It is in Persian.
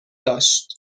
داشت